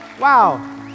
Wow